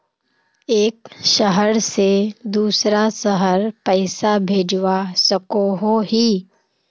एक शहर से दूसरा शहर पैसा भेजवा सकोहो ही?